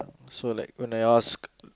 so like when I asked